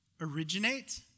originate